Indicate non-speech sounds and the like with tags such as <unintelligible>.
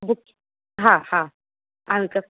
हा हा <unintelligible>